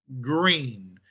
green